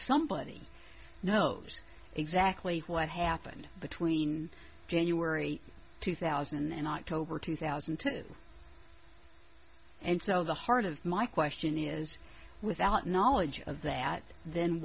somebody knows exactly what happened between january two thousand and october two thousand and two and so the heart of my question is without knowledge of that th